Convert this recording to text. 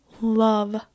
love